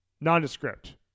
nondescript